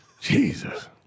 Jesus